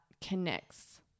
connects